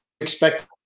Expect